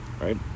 right